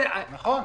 נכון.